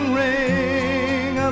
ring